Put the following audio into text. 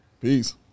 Peace